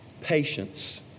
patience